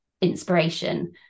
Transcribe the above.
inspiration